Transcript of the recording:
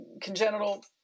congenital